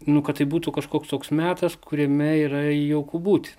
nu kad tai būtų kažkoks toks metas kuriame yra jauku būti